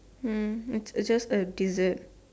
mm it's just like a dessert